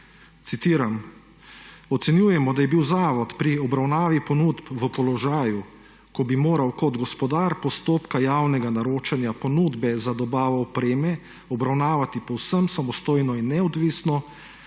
Citiram: »Ocenjujemo, da je bil zavod pri obravnavi ponudb v položaju, ko bi moral kot gospodar postopka javnega naročanja ponudbe za dobavo opreme obravnavati povsem samostojno in neodvisno,